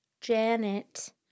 Janet